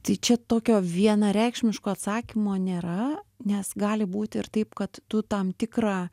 tai čia tokio vienareikšmiško atsakymo nėra nes gali būti ir taip kad tu tam tikrą